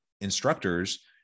instructors